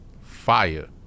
fire